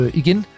igen